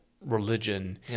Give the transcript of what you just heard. religion